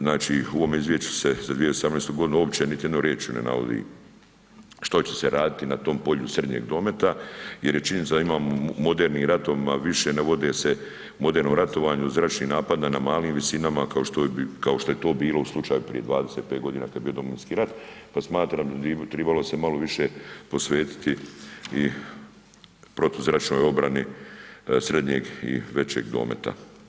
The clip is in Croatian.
Znači, u ovom izvješću se za 2018.g. uopće niti jednom riječju ne navodi što će se raditi na tom polju srednjeg dometa jer je činjenica da imamo u modernim ratovima više ne vode se u modernom ratovanju zračni napad na malim visinama kao što je to bilo u slučaju prije 25.g. kad je bio Domovinski rat, pa smatram tribalo se malo više posvetiti i protuzračnoj obrani srednjeg i većeg dometa.